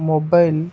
mobile